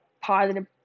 positive